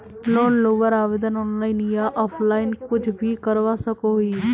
Loan लुबार आवेदन online या ऑफलाइन कुछ भी करवा सकोहो ही?